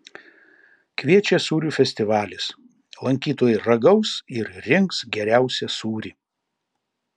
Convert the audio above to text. kviečia sūrių festivalis lankytojai ragaus ir rinks geriausią sūrį